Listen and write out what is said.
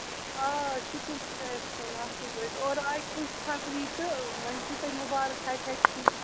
آ آ شُکُر خۄدایَس کُن اَصٕل پٲٹھۍ اورٕ آیہِ خوش خبری تہٕ وۄنۍ چھُو تۄہہِ مُبارَک ہَتہِ ہَتہِ پھیٖرِ